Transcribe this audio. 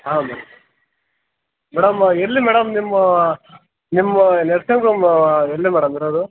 ಹಾಂ madam madam ಎಲ್ಲಿ madam ನಿಮ್ಮ ನಿಮ್ಮ ನರ್ಸಿಂಗ್ ಹೋಮ್ ಎಲ್ಲಿ ಮೇಡಮ್ ಇರೋದು